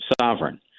sovereign